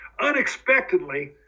Unexpectedly